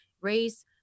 race